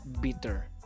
bitter